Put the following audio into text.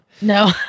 no